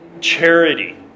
Charity